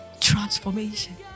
transformation